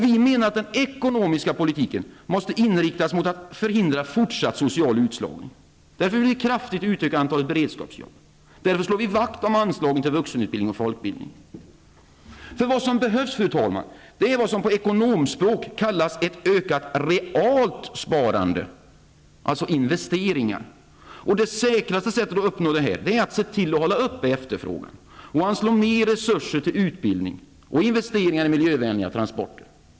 Vi menar att den ekonomiska politiken måste inriktas mot att förhindra fortsatt social utslagning. Därför vill vi kraftigt utöka antalet beredskapsjobb. Därför slår vi vakt om anslagen till vuxenutbildning och folkbildning. Vad som behövs, fru talman, är det som på ekonomspråk kallas ett ökat realt sparande, dvs. investeringar. Det säkraste sättet att uppnå detta är att se till att hålla uppe efterfrågan och anslå mer resurser til utbildning och investeringar i miljövänliga transporter.